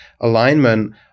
alignment